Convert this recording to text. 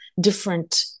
different